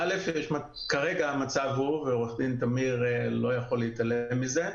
אבל מי שקונה את הרכב מאותו רוכש ראשון לא ידע את הנתון הזה.